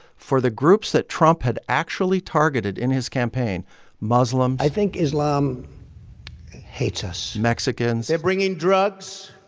for the groups that trump had actually targeted in his campaign muslims. i think islam hates us mexicans. they're bringing drugs.